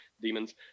demons